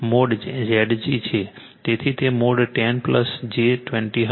તેથી તે mod 10 j 20 હશે